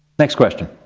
next question.